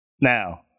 Now